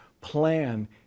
plan